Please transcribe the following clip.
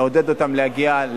מעודד אותם להגיע,